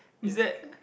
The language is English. is that